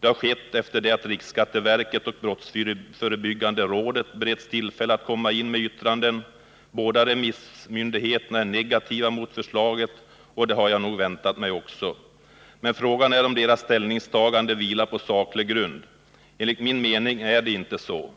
Det har skett efter det att riksskatteverket och brottsförebyggande rådet beretts tillfälle att komma in med yttranden. Båda remissmyndigheterna är negativa mot förslaget. Jag hade nog väntat mig detta. Men frågan är om deras ställningstagande vilar på saklig grund. Enligt min mening är det inte så.